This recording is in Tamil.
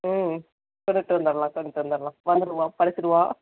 ம் கொண்டுகிட்டு வந்துர்லாம் கொண்டுகிட்டு வந்துர்லாம் வந்துருவான் படிச்சிடுவான்